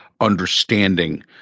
understanding